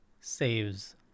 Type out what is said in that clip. saves